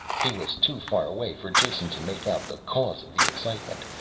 he was too far away for jason to make out the cause of the excitement,